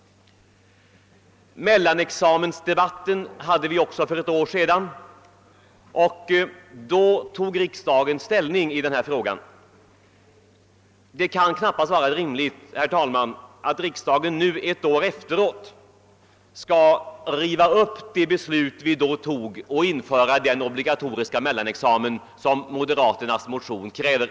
Mellanexamensdebatten förde vi även för ett år sedan, och då tog riksdagen ställning i denna fråga. Det kan knappast vara rimligt, herr talman, att riksdagen nu ett år efteråt skall riva upp det beslut vi då fattade och införa den obligatoriska mellanexamen som moderata samlingspartiets motion kräver.